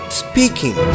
speaking